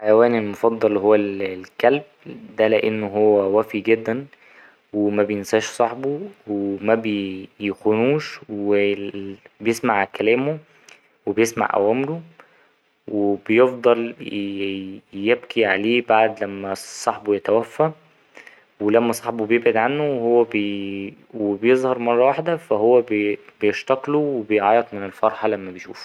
حيواني المفضل هو الكلب ده لأنه هو وفي جدا ومبينساش صاحبه ومبيخونوش وبيسمع كلامه وبيسمع أوامره وبيفضل يي ـ يبكي عليه بعد لما صاحبه يتوفى ولما صاحبه بيبعد عنه وهو بي ـ وبيظهر مرة واحدة فا هو بيشتاقله وبيعيط من الفرحة لما بيشوفه.